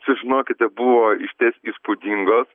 žinokite buvo išties įspūdingos